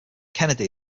kennedy